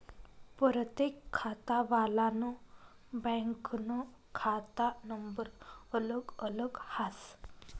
परतेक खातावालानं बँकनं खाता नंबर अलग अलग हास